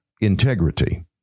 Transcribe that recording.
integrity